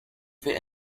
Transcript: fit